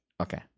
Okay